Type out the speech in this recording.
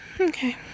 Okay